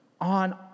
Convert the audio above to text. on